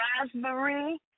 Raspberry